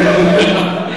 תן לו להתחיל לדבר.